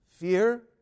Fear